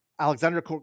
Alexander